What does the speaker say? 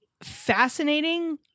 fascinating